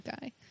guy